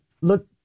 look